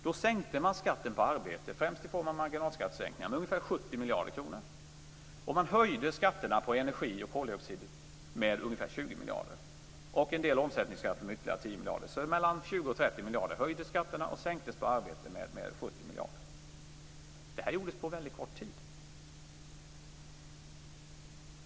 Då sänkte man skatten på arbete, främst i form av marginalskattesänkningar, med ungefär 70 miljarder kronor. Man höjde skatterna på energi och koldioxid med ungefär 20 miljarder samt höjde en del omsättningsskatter med ytterligare 10 miljarder, alltså en skattehöjning på energi och koldioxid med 20-30 miljarder medan skatten på arbete sänktes med 70 miljarder. Detta gjordes på väldigt kort tid.